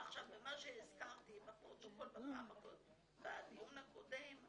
במה שהזכרתי בפרוטוקול בדיון הקודם,